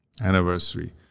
anniversary